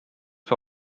see